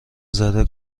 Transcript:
زده